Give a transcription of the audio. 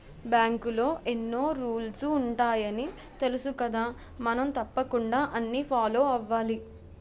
బాంకులో ఎన్నో రూల్సు ఉంటాయని తెలుసుకదా మనం తప్పకుండా అన్నీ ఫాలో అవ్వాలి